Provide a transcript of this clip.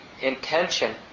intention